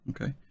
okay